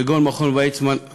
כגון מכון ויצמן.